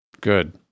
Good